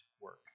work